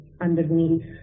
underneath